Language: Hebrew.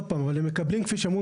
אבל הם מקבלים כפי שאמרו,